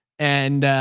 and